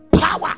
power